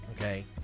okay